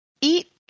Eat